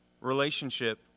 relationship